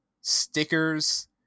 stickers